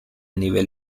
nivel